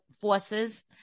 forces